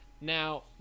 Now